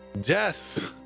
Death